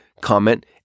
comment